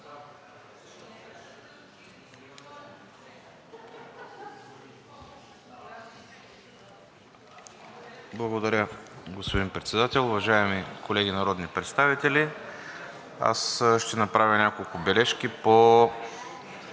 Благодаря, господин Председател. Уважаеми колеги народни представители! Аз ще направя няколко бележки по